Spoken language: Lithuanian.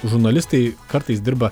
žurnalistai kartais dirba